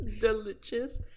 delicious